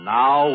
now